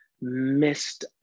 missed